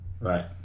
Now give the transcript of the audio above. Right